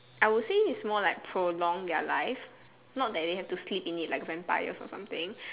I would say it's more like prolong their life not like they have to sleep in it like vampires or something